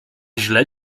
źle